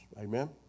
Amen